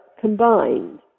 combined